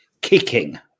kicking